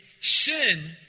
sin